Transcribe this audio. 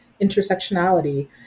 intersectionality